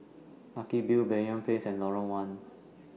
Lucky View Banyan Place and Lorong one